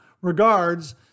Regards